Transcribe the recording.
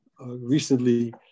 recently